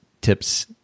tips